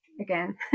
again